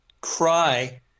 cry